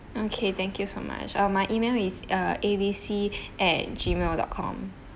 okay thank you so much uh my email is err A B C at gmail dot com